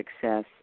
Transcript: success